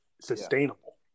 sustainable